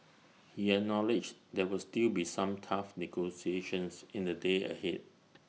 he acknowledged there would still be some tough negotiations in the days ahead